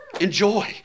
enjoy